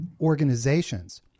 organizations